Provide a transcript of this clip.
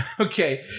Okay